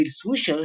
ביל סווישר,